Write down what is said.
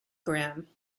grim